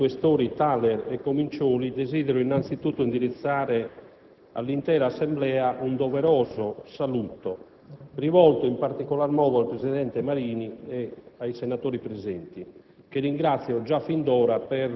anche a nome dei colleghi questori Thaler e Comincioli, desidero innanzitutto indirizzare all'intera Assemblea un doveroso saluto, rivolto in particolar modo al presidente Marini e ai senatori presenti,